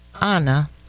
Anna